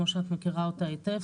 כמו שאת מכירה אותה היטב,